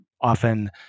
often